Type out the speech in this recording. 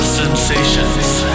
sensations